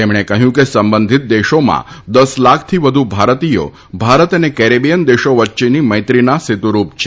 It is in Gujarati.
તેમણે કહયું કે સંબંધિત દેશોમાં દસ લાખથી વધુ ભારતીયો ભારત અને કેરેબીયન દેશો વચ્ચેની મૈત્રીના સેતુરૂપ છે